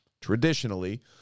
traditionally